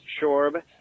Shorb